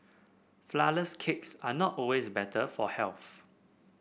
flourless cakes are not always better for health